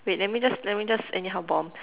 wait let me just let me just anyhow bomb